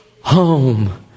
home